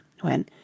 when